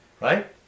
right